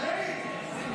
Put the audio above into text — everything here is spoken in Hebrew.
59 בעד, אין מתנגדים.